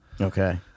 Okay